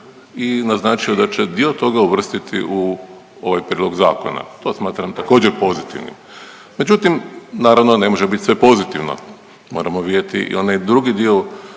i naznačio da će dio toga uvrstiti u ovaj prijedlog zakona, to smatram također pozitivnim. Međutim naravno ne može bit sve pozitivno, moramo vidjeti i onaj drugi dio